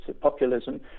populism